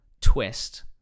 twist